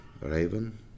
raven